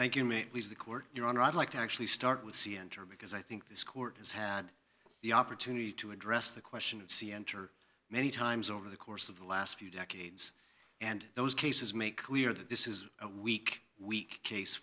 thank you may please the court your honor i'd like to actually start with c enter because i think this court has had the opportunity to address the question of c enter many times over the course of the last few decades and those cases make clear that this is a weak weak case